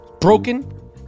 broken